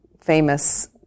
famous